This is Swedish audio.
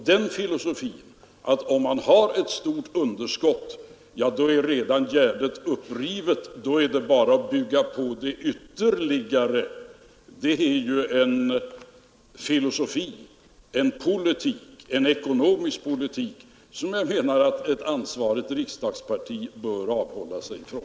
Denna filosofi innebär att om man har ett stort underskott är gärdet redan upprivet, och det är bara att gå vidare på samma sätt. En sådan ekonomisk politik anser jag att ett ansvarigt riksdagsparti bör avhålla sig från.